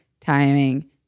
timing